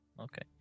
okay